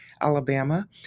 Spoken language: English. Alabama